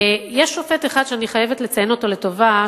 יש שופט אחד שאני חייבת לציין אותו לטובה,